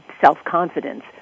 self-confidence